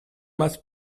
must